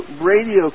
radio